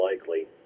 likely